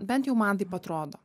bent jau man taip atrodo